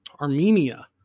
Armenia